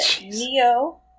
Neo